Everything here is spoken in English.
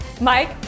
Mike